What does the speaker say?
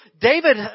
David